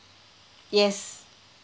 yes